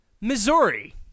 Missouri